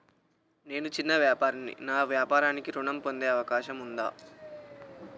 నేను చిన్న వ్యాపారిని నా వ్యాపారానికి ఋణం పొందే అవకాశం ఉందా?